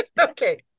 Okay